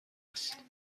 است